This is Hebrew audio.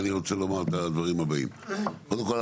אני רוצה לומר את הדברים הבאים: קודם כל,